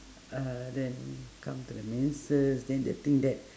uh then come to the menses then the thing that